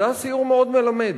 זה היה סיור מאוד מלמד.